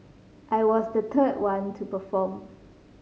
I was the third one to perform